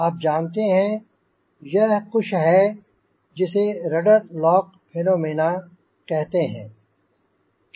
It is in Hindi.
आप जानते हैं यह कुछ है जिसे रडर लॉक फेनोमेना कहते हैं